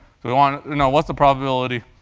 we want to now what's the probability?